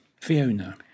Fiona